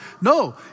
No